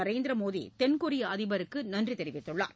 நரேந்திர மோடி தென்கொரிய அதிபருக்கு நன்றி தெரிவித்தார்